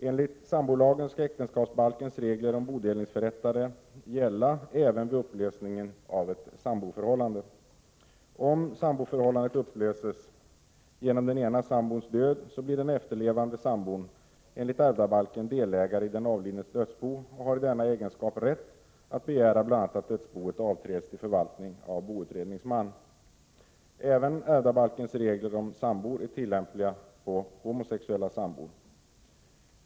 Enligt sambolagen skall äktenskapsbalkens regler om bodelningsförrättare gälla även vid upplösning av ett samboförhållande. Om samboförhållandet upplöses genom den ene sam 41 bons död blir den efterlevande sambon, enligt ärvdabalken, delägare i den avlidnes dödsbo och har i denna egenskap rätt att bl.a. begära att dödsboet avträds till förvaltning av boutredningsman. Även ärvdabalkens regler om sambor är tillämpliga på homosexuella sambor.